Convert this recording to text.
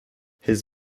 his